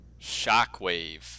shockwave